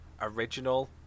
original